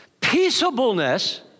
peaceableness